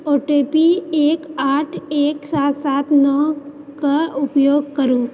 ओ T P एक आठ एक सात सात नओ कऽ उपयोग करु